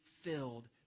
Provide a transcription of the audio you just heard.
filled